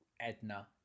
Edna